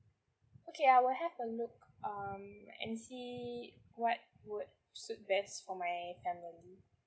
okay I will have a look um and see what would suit best for my family